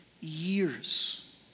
Years